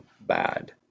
bad